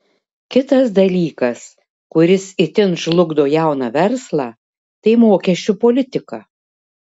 kitas dalykas kuris itin žlugdo jauną verslą tai mokesčių politika